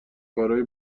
کارهای